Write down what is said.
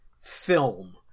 film